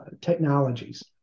technologies